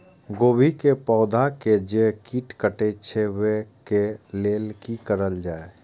गोभी के पौधा के जे कीट कटे छे वे के लेल की करल जाय?